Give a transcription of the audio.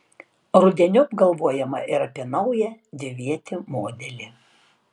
rudeniop galvojama ir apie naują dvivietį modelį